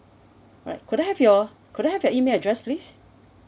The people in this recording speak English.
right could I have your could I have your email address please